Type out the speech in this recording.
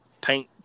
paint